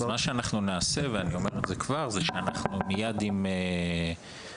מה שאנחנו נעשה זה שאנחנו מיד עם פתיחת